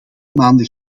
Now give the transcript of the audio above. maanden